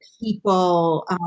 people